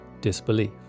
disbelief